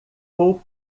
vou